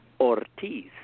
Ortiz